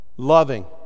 loving